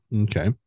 Okay